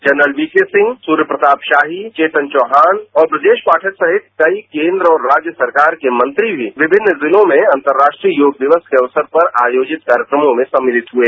general यीकेसिंह Surya Pratap Shahi Chetan Chauhan और ब्रजेश पाठक सहित कई केन्द्र और राज्य सरकार के मंत्री भी विभिन्न जिलों में अंतर्राष्ट्रीय योग दिवस के अवसर पर आयोजित कार्यक्रमों में सम्मिलित हुए